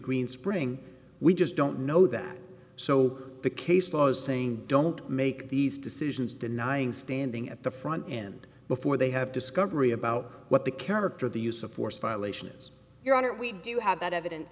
green spring we just don't know that so the case law is saying don't make these decisions denying standing at the front end before they have discovery about what the character of the use of force violations your honor we do have that evidence